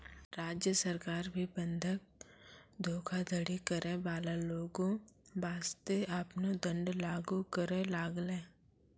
राज्य सरकार भी बंधक धोखाधड़ी करै बाला लोगो बासतें आपनो दंड लागू करै लागलै